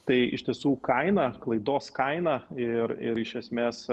tai iš tiesų kainą klaidos kainą ir ir iš esmės